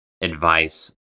advice